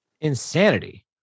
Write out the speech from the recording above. Insanity